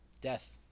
death